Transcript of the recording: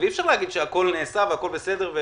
אי אפשר להגיד שהכול נעשה והכול בסדר.